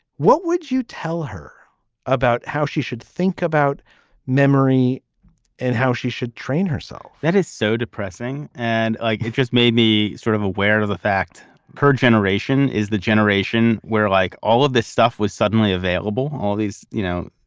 what would you tell her about how she should think about memory and how she should train herself? that is so depressing. and like it just made me sort of aware of the fact her generation is the generation where, like all of this stuff was suddenly available, all these, you know,